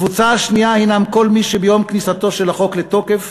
הקבוצה השנייה היא כל מי שביום כניסתו של החוק לתוקף